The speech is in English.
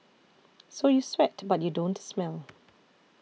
so you sweat but you don't smell